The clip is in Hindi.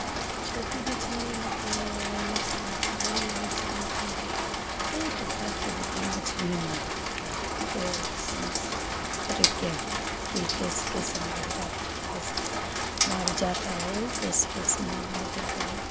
छोटी मछली होती है वह अलग से मारते हैं बड़ी अलग से मारते हैं कई प्रकार की होती है मछली मारने के तो समस्त तरीक़े कि कैसे कैसे मारा जाता है कैसे कैसे मारा जाता है कैसे कैसे नहीं मारा जाता है